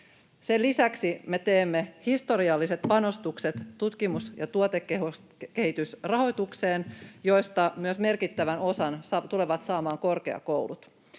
Sen lisäksi me teemme historialliset panostukset tutkimus- ja tuotekehitysrahoitukseen, joista myös merkittävän osan tulevat saamaan korkeakoulut.